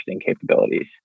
capabilities